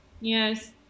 yes